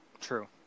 True